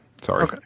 Sorry